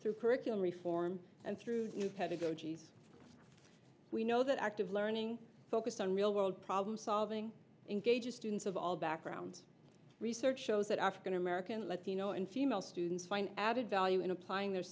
through curriculum reform and through new pedagogy we know that active learning focused on real world problem solving engages students of all backgrounds research shows that african american latino and female students find added value in applying the